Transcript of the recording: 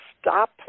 stop